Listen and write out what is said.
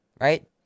right